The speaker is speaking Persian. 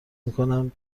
میکنم